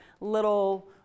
little